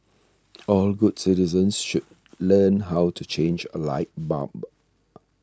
all good citizens should learn how to change a light bulb